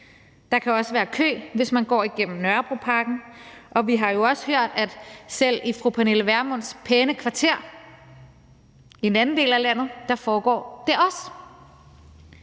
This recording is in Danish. der kan være kø, hvis man går igennem Nørrebroparken. Og vi har jo også hørt, at det selv i fru Pernille Vermunds pæne kvarter i en anden del af landet også foregår.